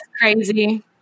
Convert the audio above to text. crazy